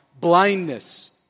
blindness